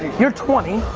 you're twenty,